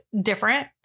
different